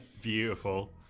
Beautiful